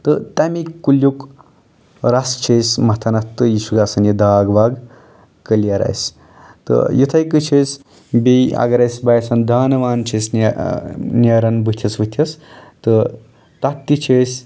تہٕ تَمی کُلیُک رس چھِ أسۍ مَتھان اَتھ تہٕ یہِ چھُ گژھان یہِ داغ واغ کٔلیر اَسہِ تہٕ یِتھٕے کٔنۍ چھِ أسۍ بیٚیہِ اگر اَسہِ باسان دانہٕ وانہٕ چھِ اَسہِ نیران بُتھِس وُتھِس تہٕ تتھ تہِ چھِ أسۍ